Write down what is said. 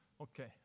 Okay